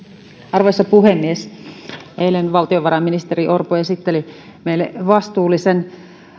arvoisa puhemies eilen valtiovarainministeri orpo esitteli meille vastuullisen